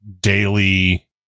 daily